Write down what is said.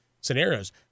scenarios